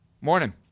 Morning